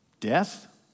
death